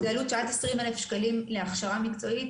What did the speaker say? זה עלות של עד 20,000 שקלים להכשרה מקצועית